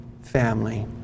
family